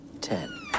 ten